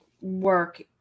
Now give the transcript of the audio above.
work